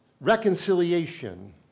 reconciliation